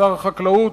שר החקלאות,